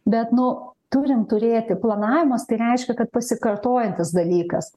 bet nu turim turėti planavimas tai reiškia kad pasikartojantis dalykas